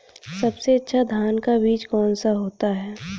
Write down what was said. सबसे अच्छा धान का बीज कौन सा होता है?